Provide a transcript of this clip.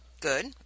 Good